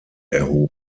erhoben